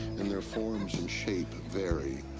and their forms and shape vary.